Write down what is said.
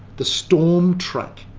the storm track,